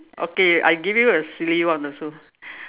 okay I give you a silly one also